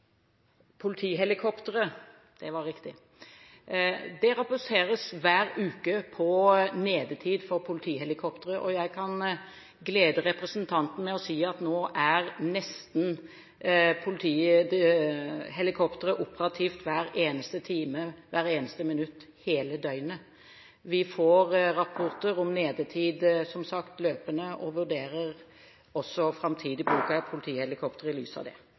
politihelikopteret. Jeg kan glede representanten med å si at nå er politihelikopteret nesten operativt hver eneste time, hvert eneste minutt hele døgnet. Vi får rapporter om nedetid, som sagt, løpende og vurderer også framtidig bruk av politihelikopteret i lys av det.